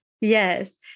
Yes